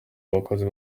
abakozi